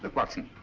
but watson.